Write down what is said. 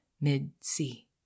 mid-sea